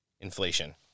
inflation